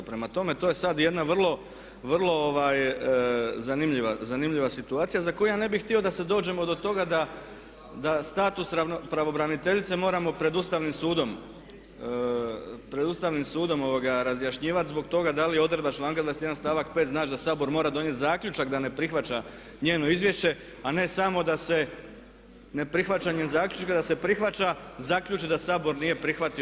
Prema tome, to je sad jedna vrlo zanimljiva situacija za koju ja ne bi htio da se dođe do toga da status pravobraniteljice moramo pred Ustavnim sudom razjašnjavati zbog toga da li odredba članka 21. stavak 5. znači da Sabor mora donijeti zaključak da ne prihvaća njeno izvješće, a ne samo da se ne prihvaćanjem zaključka da se prihvaća zaključak da Sabor nije prihvatio.